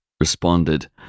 Responded